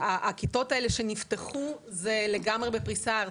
הכיתות האלה שנפתחו זה לגמרי בפריסה ארצית.